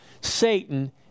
Satan